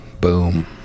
Boom